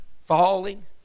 Falling